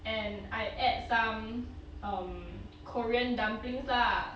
and I add some um korean dumplings lah